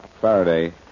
Faraday